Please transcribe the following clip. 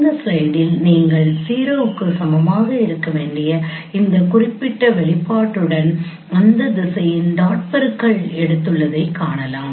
இந்த ஸ்லைடில் நீங்கள் ௦ க்கு சமமாக இருக்க வேண்டிய இந்த குறிப்பிட்ட வெளிப்பாட்டுடன் அந்த திசையின் டாட் பெருக்கல் எடுத்துள்ளதைக் காணலாம்